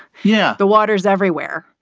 yeah, the water's everywhere.